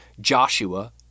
Joshua